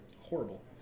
Horrible